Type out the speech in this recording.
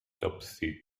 topsy